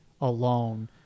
alone